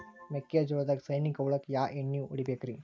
ಮೆಕ್ಕಿಜೋಳದಾಗ ಸೈನಿಕ ಹುಳಕ್ಕ ಯಾವ ಎಣ್ಣಿ ಹೊಡಿಬೇಕ್ರೇ?